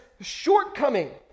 shortcoming